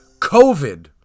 COVID